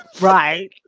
Right